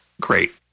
great –